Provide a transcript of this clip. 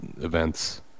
events